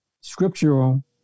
scriptural